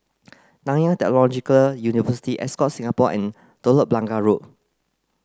Nanyang Technological University Ascott Singapore and Telok Blangah Road